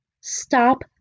Stop